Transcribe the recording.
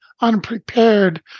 unprepared